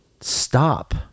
stop